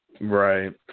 Right